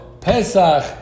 Pesach